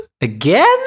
again